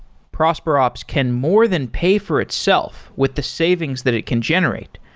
prosperops can more than pay for itself with the savings that it can generate.